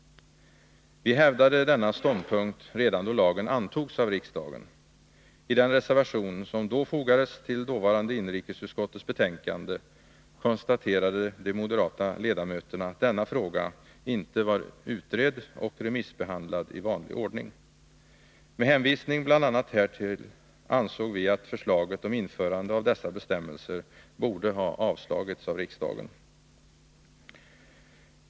Vi hävdade denna ståndpunkt redan då lagen antogs av riksdagen. I den reservation som då fogades till dåvarande inrikesutskottets betänkande konstaterade de moderata ledamöterna att denna fråga inte var utredd och remissbehandlad i vanlig ordning. Med hänvisning bl.a. härtill ansåg vi att förslaget om införande av dessa bestämmelser borde ha avslagits av riksdagen.